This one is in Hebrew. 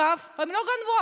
הם לא גנבו.